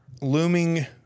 looming